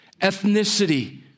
ethnicity